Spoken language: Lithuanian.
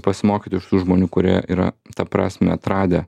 pasimokyti iš tų žmonių kurie yra tą prasmę atradę